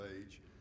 age